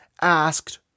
asked